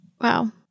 Wow